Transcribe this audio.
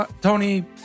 Tony